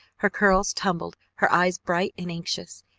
her curls tumbled, her eyes bright and anxious,